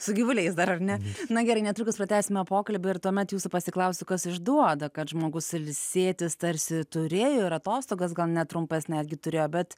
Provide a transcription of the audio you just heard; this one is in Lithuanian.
su gyvuliais dar ar ne na gerai netrukus pratęsime pokalbį ir tuomet jūsų pasiklausiu kas išduoda kad žmogus ilsėtis tarsi turėjo ir atostogas gal netrumpas netgi turėjo bet